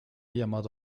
llamado